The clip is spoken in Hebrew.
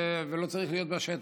ולא צריך להיות בשטח.